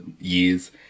years